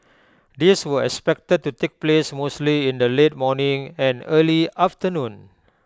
these were expected to take place mostly in the late morning and early afternoon